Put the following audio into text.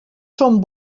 són